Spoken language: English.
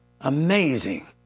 amazing